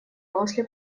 после